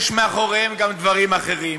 יש מאחוריהם גם דברים אחרים.